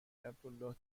عبدالله